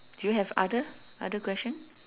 do you have other other question